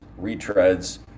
retreads